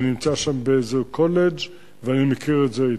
שנמצא שם באיזה קולג', ואני מכיר את זה היטב.